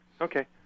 okay